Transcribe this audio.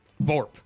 Vorp